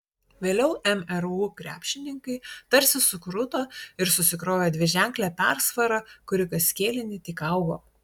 vėliau mru krepšininkai tarsi sukruto ir susikrovė dviženklę persvarą kuri kas kėlinį tik augo